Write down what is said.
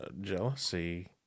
jealousy